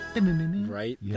Right